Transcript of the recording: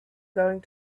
going